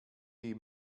die